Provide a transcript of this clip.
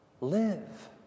Live